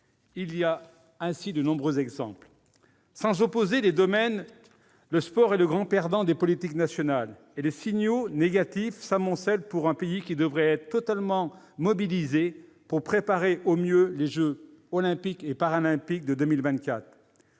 Il y a ainsi de nombreux exemples. Sans vouloir opposer les domaines, je constate que le sport est le grand perdant des politiques nationales, et les signaux négatifs s'amoncellent pour un pays qui devrait être totalement mobilisé pour préparer au mieux les jeux Olympiques et Paralympiques de 2024